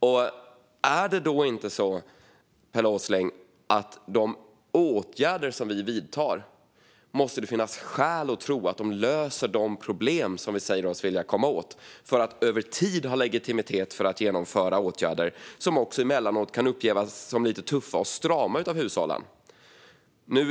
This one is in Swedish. Måste det inte då, Pelle Åsling, finnas skäl att tro att de åtgärder vi vidtar löser de problem som vi säger oss vilja komma åt, detta för att det över tid ska vara legitimt för oss att genomföra åtgärder som emellanåt kan upplevas som lite tuffa och strama av hushållen?